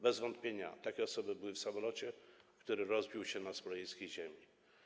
Bez wątpienia takie osoby były w samolocie, który rozbił się na smoleńskiej ziemi.